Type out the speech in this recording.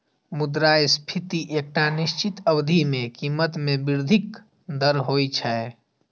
मुद्रास्फीति एकटा निश्चित अवधि मे कीमत मे वृद्धिक दर होइ छै